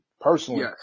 Personally